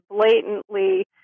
blatantly